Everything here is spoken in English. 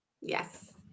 Yes